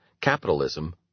capitalism